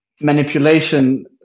manipulation